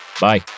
Bye